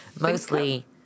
Mostly